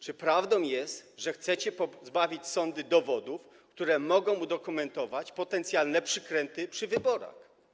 Czy prawdą jest, że chcecie pozbawić sądy dowodów, które mogą udokumentować potencjalne przekręty przy wyborach?